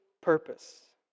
purpose